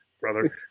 brother